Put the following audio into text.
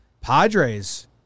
Padres